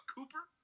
Cooper